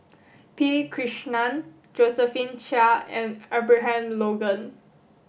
P Krishnan Josephine Chia and Abraham Logan